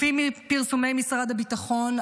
לפי פרסומי משרד הביטחון,